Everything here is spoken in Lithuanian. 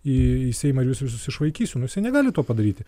į seimą ir jus visus išvaikysiu nu jisai negali to padaryti